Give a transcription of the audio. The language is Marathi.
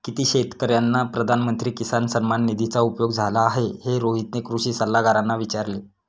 किती शेतकर्यांना प्रधानमंत्री किसान सन्मान निधीचा उपयोग झाला आहे, हे रोहितने कृषी सल्लागारांना विचारले